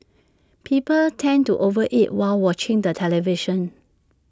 people tend to over eat while watching the television